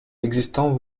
existant